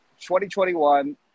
2021